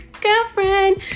girlfriend